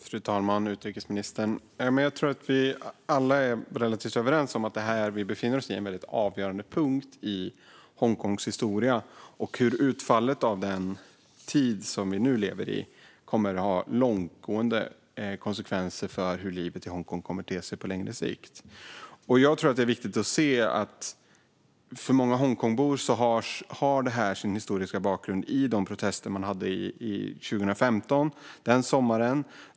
Fru talman! Utrikesministern! Jag tror att vi alla är relativt överens om att vi befinner oss vid en avgörande punkt i Hongkongs historia och att utfallet av den tid som vi nu lever i kommer att få långtgående konsekvenser för hur livet i Hongkong kommer att te sig på längre sikt. Det är viktigt att se att detta för många Hongkongbor har sin bakgrund i protesterna sommaren 2015.